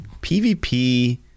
PvP